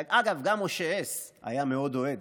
אגב, גם משה הס היה מאוד אוהד,